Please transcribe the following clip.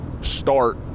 start